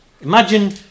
imagine